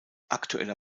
aktueller